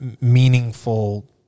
meaningful